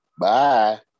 bye